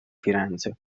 firenze